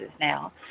now